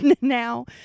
now